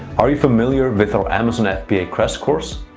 are you familiar with our amazon ah fba crash course?